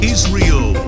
Israel